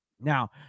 Now